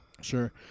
sure